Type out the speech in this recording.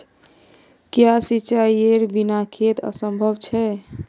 क्याँ सिंचाईर बिना खेत असंभव छै?